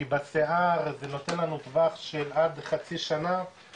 כי בשיער זה נותן לנו טווח של עד חצי שנה